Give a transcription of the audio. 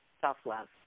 self-love